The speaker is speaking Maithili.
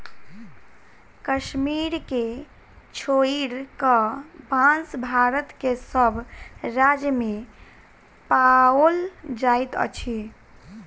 कश्मीर के छोइड़ क, बांस भारत के सभ राज्य मे पाओल जाइत अछि